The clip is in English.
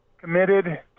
committed